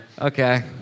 Okay